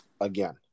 again